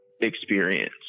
experience